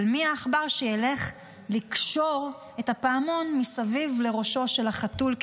אבל מי העכבר שילך לקשור את הפעמון מסביב לראשו של החתול,